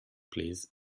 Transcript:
plîs